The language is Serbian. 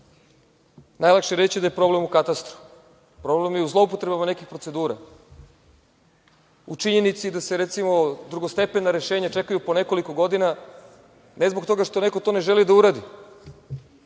je reći da je problem u katastru. Problem je u zloupotrebama nekih procedura. U činjenici, da se recimo, drugostepena rešenja čekaju po nekoliko godina ne zbog toga što to neko ne želi da uradi